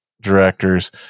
directors